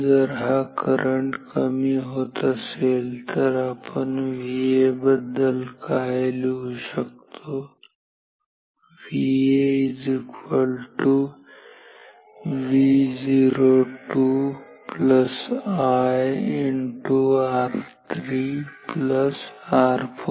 जर हा करंट कमी होत असेल तर आपण VA बद्दल काय लिहू शकतो VA Vo2 I R3R 4